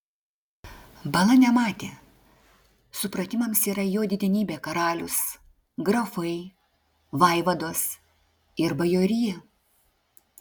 bala nematė supratimams yra jo didenybė karalius grafai vaivados ir bajorija